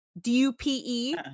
d-u-p-e